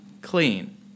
clean